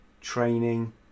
training